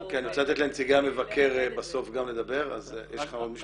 אני רוצה לתת לנציגי המבקר בסוף לדבר אז יש לך עוד משפט.